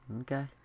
Okay